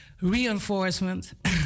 Reinforcement